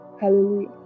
hallelujah